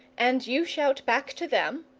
and you shout back to them,